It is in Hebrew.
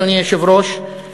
אדוני היושב-ראש,